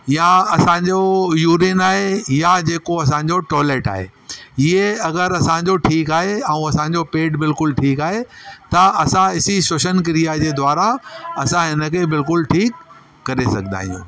या असांजो यूरिन आहे या जेको असांजो टॉयलेट आहे हीअ अगरि असांजो ठीकु आहे ऐं असांजो पेट बिल्कुलु ठीकु आहे त असां इसी श्वसन क्रिया जे द्वारा असां हिनखे बिल्कुलु ठीकु करे सघंदा आहियूं